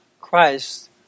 Christ